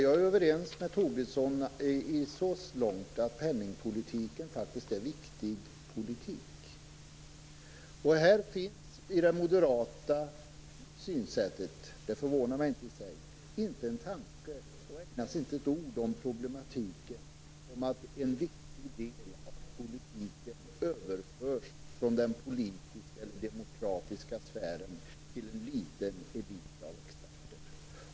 Jag är överens med Tobisson så långt att penningpolitiken faktiskt är viktig politik. I det moderata synsättet finns - och det förvånar mig inte i sig - inte en tanke och ägnas inte ett ord om problematiken i att en viktig del av politiken överförs från den politiska eller demokratiska sfären till en liten elit av experter.